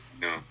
no